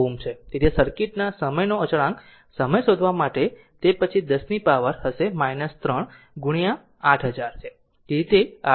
તેથી સર્કિટ ના સમયનો અચળાંક સમય શોધવા માટે તે પછી 10 પાવર હશે 3 ગુણ્યા 8000 છે તેથી તે RC છે